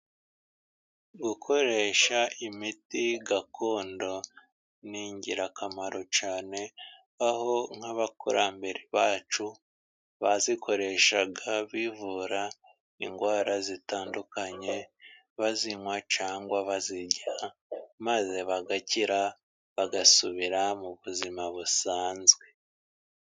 Gukoresha imiti gakondo ni ingirakamaro cyane. Aho nk'abakurambere bacu bayikoreshaga bivura indwara zitandukanye, bayinywa cyangwa bayirya, maze bagakira, bagasubira mu buzima busanzwe.